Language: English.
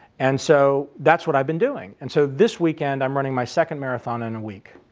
and so that's what i've been doing. and so this weekend i'm running my second marathon in a week.